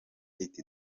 iti